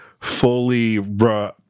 fully